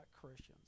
Christians